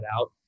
out